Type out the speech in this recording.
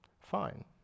fine